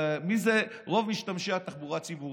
מי הם רוב משתמשי התחבורה ציבורית.